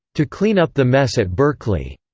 to clean up the mess at berkeley.